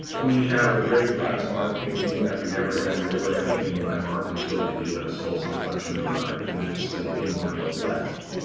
we have a great franz marc painting that we never had. we never had a painting by marc until the saltzman collection arrived. and it's the painting on the left,